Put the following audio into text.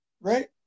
right